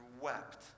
wept